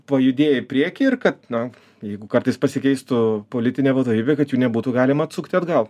pajudėję į priekį ir kad na jeigu kartais pasikeistų politinė vadovybė kad jų nebūtų galima atsukti atgal